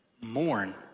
Mourn